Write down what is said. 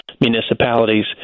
municipalities